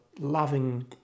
loving